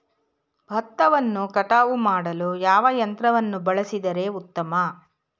ಭತ್ತವನ್ನು ಕಟಾವು ಮಾಡಲು ಯಾವ ಯಂತ್ರವನ್ನು ಬಳಸಿದರೆ ಉತ್ತಮ?